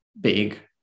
big